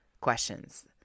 questions